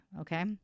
Okay